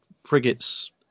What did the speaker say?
frigates